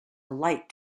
light